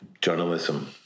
journalism